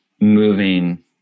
moving